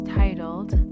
titled